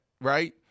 right